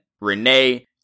Renee